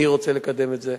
אני רוצה לקדם את זה,